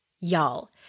y'all